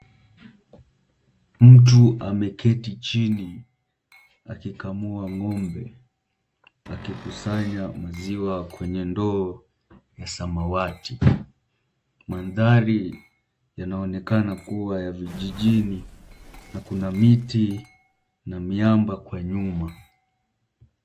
Mtu ameketi chini akikamua ng'ombe, akikusanya maziwa kwenye ndoo ya samawati. Mandhari yanaonekana kuwa ya vijijini, na kuna miti na miamba kwa nyuma.